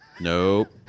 Nope